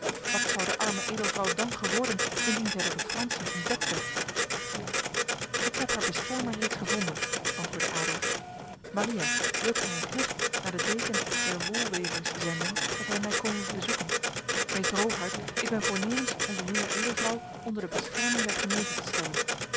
wat zou de arme edelvrouw dan geworden indien zij door de fransen ontdekt werd ik heb haar beschermer reeds gevonden antwoordde adolf maria wilt gij een knecht naar de deken der wolwevers zenden dat hij mij kome bezoeken meester rogaert ik ben voornemens onze jonge edelvrouw onder de bescherming der gemeente te stellen